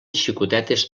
xicotetes